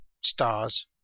stars